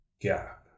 gap